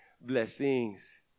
blessings